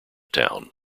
town